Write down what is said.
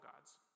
God's